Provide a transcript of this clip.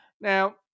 Now